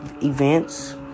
events